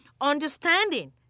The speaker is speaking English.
Understanding